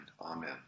Amen